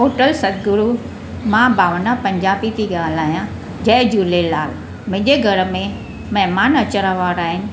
hotel Satguru मां भावना पंजाबी थी ॻाल्हायां जय झूलेलाल मुंहिंजे घर में महिमान अचण वारा आहिनि